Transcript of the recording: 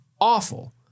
Awful